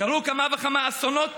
קרו כמה וכמה אסונות